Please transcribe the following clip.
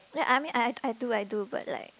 then I mean I I do I do but like